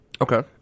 Okay